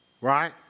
Right